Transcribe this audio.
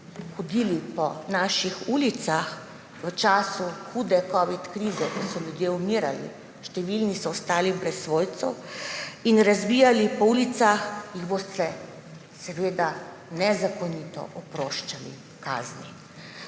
hodili po naših ulicah v času hude covid krize, ko so ljudje umirali, številni so ostali brez svojcev, in razbijali po ulicah, seveda nezakonito oproščali kazni.